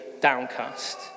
downcast